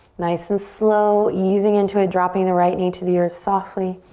nice and slow, easing into it. dropping the right knee to the earth softly.